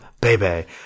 baby